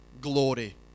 glory